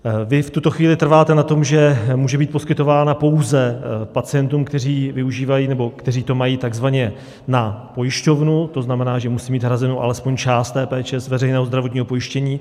Vy v tuto chvíli trváte na tom, že může být poskytována pouze pacientům, kteří využívají nebo kteří to mají takzvaně na pojišťovnu, to znamená, že musí mít hrazenu alespoň část péče z veřejného zdravotního pojištění.